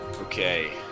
Okay